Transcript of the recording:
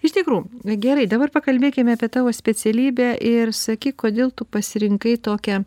iš tikrų nu gerai dabar pakalbėkime apie tavo specialybę ir sakyk kodėl tu pasirinkai tokią